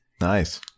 Nice